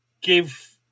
give